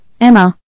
Emma